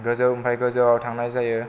गोजौ ओमफ्राय गोजौआव थांनाय जायो